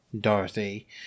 dorothy